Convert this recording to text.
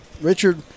Richard